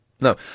No